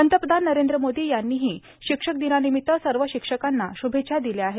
पंतप्रधान नरेंद्र मोदी यांनीही शिक्षक दिनानिमित सर्व शिक्षकांना श्भेच्छा दिल्या आहेत